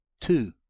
two